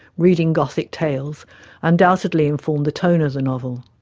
reading gothic tales undoubtedly informed the tone of the novel.